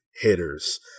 hitters